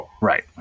right